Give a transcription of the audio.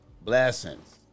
Blessings